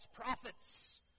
prophets